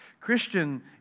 Christian